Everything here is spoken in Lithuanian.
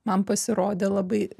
man pasirodė labai